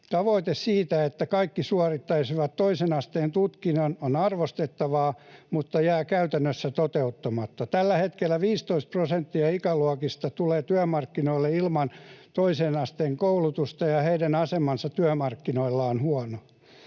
Tavoite siitä, että kaikki suorittaisivat toisen asteen tutkinnon, on arvostettava mutta jää käytännössä toteuttamatta. Tällä hetkellä 15 prosenttia ikäluokasta tulee työmarkkinoille ilman toisen asteen koulutusta, ja heidän asemansa työmarkkinoilla on huono.